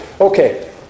Okay